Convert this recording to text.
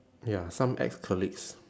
ya some ex-colleagues